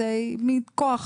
מכוח